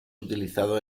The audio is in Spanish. utilizado